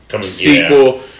sequel